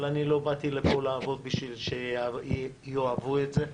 אבל אני לא באתי לפה לעבוד בשביל שיאהבו את זה.